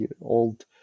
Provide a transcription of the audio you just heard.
old